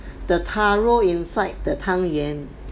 the taro inside the tang yuen